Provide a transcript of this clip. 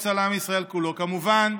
בסדר,